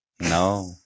No